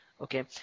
Okay